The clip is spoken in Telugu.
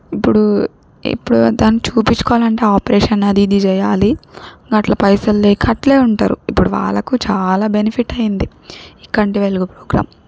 ఇప్పుడు ఇప్పుడు దాన్ చూపించుకోవాలంటే ఆపరేషన్ అది ఇది చెయ్యాలి గట్ల పైసలు లేక అట్లే ఉంటారు ఇప్పుడు వాళ్ళకు చాలా బెనిఫిట్ అయ్యింది ఈ కంటి వెలుగు ప్రోగ్రాం